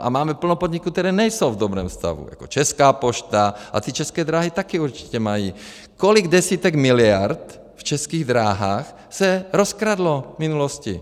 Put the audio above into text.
A máme plno podniků, které nejsou v dobrém stavu, jako Česká pošta, a ty České dráhy taky určitě mají kolik desítek miliard v Českých dráhách se rozkradlo v minulosti?